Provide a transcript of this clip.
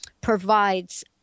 provides